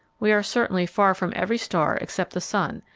we are certainly far from every star except the sun,